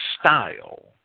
style